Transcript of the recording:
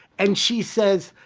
and she says,